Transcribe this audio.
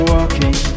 Walking